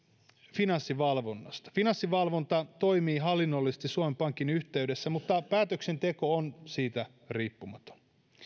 finanssivalvonnasta finanssivalvonta toimii hallinnollisesti suomen pankin yhteydessä mutta päätöksenteko on siitä riippumaton